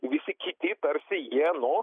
visi kiti tarsi jie no